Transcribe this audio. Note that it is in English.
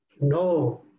No